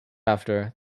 after